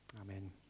Amen